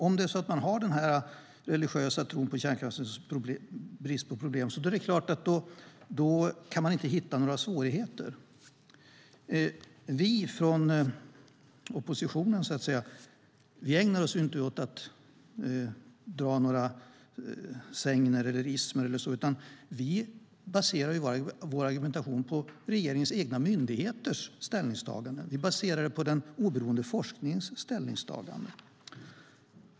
Om det är så att man har den här religiösa tron på kärnkraftens brist på problem är det klart att man inte kan hitta några svårigheter. Vi från oppositionen ägnar oss inte åt att dra några sägner, ismer eller så. Vi baserar vår argumentation på regeringens egna myndigheters ställningstagande. Vi baserar den på den oberoende forskningens ställningstagande.